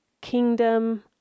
kingdom